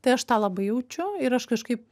tai aš tą labai jaučiu ir aš kažkaip